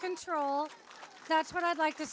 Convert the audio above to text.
control that's what i'd like to